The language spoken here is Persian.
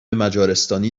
مجارستانی